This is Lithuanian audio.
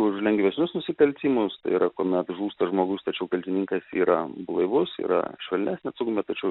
už lengvesnius nusikaltimus tai yra kuomet žūsta žmogus tačiau kaltininkas yra blaivus yra švelnesnė atsakomybė tačiau